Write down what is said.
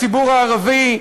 הציבור הערבי,